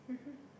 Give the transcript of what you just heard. mmhmm